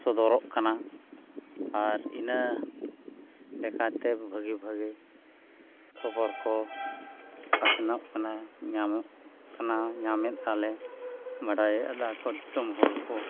ᱥᱚᱫᱚᱨᱚᱜ ᱠᱟᱱᱟ ᱟᱨ ᱤᱱᱟᱹ ᱞᱮᱠᱟᱛᱮ ᱵᱷᱟᱹᱜᱤ ᱵᱷᱟᱹᱜᱤ ᱠᱷᱚᱵᱚᱨ ᱠᱚ ᱯᱟᱥᱱᱟᱜ ᱠᱟᱱᱟ ᱧᱟᱢᱚᱜ ᱠᱟᱱᱟ ᱧᱟᱢ ᱮᱫᱟᱞᱮ ᱵᱟᱰᱟᱭ ᱮᱫᱟ ᱠᱚ ᱫᱤᱥᱚᱢ ᱦᱚᱲ ᱠᱚ